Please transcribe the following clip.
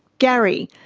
gary,